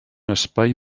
espai